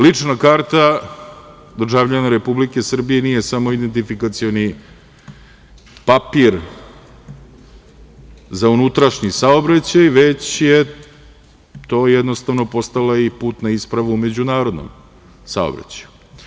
Lična karta državljana Republike Srbije nije samo identifikacioni papir za unutrašnji saobraćaj, već je to jednostavno postala i putna isprava u međunarodnom saobraćaju.